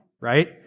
right